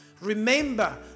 Remember